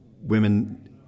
women